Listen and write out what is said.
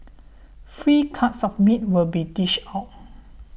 free cuts of meat will be dished out